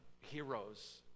heroes